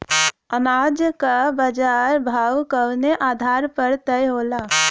अनाज क बाजार भाव कवने आधार पर तय होला?